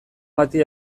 bati